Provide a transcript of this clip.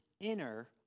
inner